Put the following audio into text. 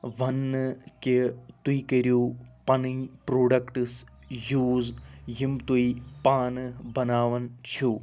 وَننہٕ کہِ تُہۍ کٔرِو پَنٕنۍ پرٛوڈَکٹس یوٗز یم تُہۍ پانہٕ بناوان چھُو